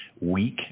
weak